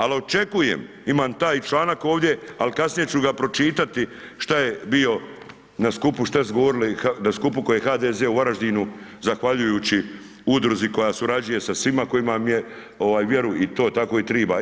Ali očekujem, imam taj članak ovdje, ali kasnije ću ga pročitati, što je bilo, na skupu, što su govorili, na skupu koji je HDZ u Varaždinu, zahvaljujući udruzi koja surađuje sa svima, koja ima vjeru i tako i treba.